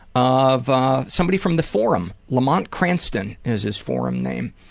of somebody from the forum, lamont cranston is his forum name.